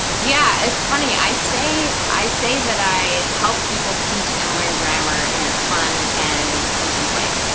yeah, it's funny, i say i say that i help people teach and learn grammar in a fun and easy way.